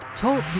Talk